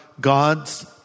God's